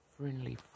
friendly